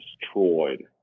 destroyed